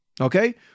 okay